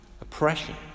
Oppression